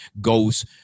goes